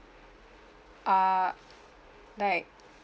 err like